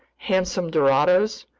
handsome dorados,